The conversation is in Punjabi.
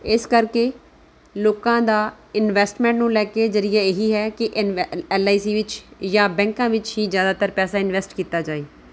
ਇਸ ਕਰਕੇ ਲੋਕਾਂ ਦਾ ਇਨਵੈਸਟਮੈਂਟ ਨੂੰ ਲੈ ਕੇ ਨਜ਼ਰੀਆ ਇਹੀ ਹੈ ਕਿ ਐੱਲ ਆਈ ਸੀ ਵਿੱਚ ਜਾਂ ਬੈਂਕਾਂ ਵਿੱਚ ਹੀ ਜ਼ਿਆਦਾਤਰ ਪੈਸਾ ਇਨਵੈਸਟ ਕੀਤਾ ਜਾਵੇ